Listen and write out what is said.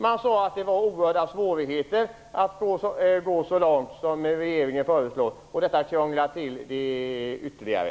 Man sade att det fanns stora svårigheter att gå så långt som regeringen föreslår, och att detta skulle krångla till saken ytterligare.